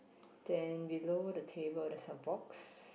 then below the table there's a box